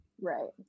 Right